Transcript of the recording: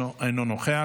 אינו נוכח,